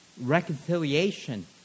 reconciliation